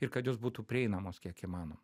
ir kad jos būtų prieinamos kiek įmanoma